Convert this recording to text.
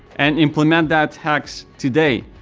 and implement that hack so today,